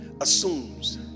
assumes